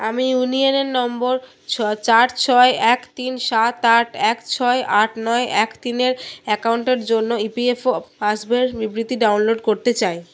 আমি UAN number ছয় চার ছয় এক তিন সাত আট এক ছয় আট নয় এক তিনের অ্যাকাউন্টের জন্য ইপিএফও পাস বইয়ের বিবৃতি ডাউনলোড করতে চাই